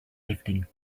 lifting